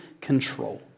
control